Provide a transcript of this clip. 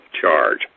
charge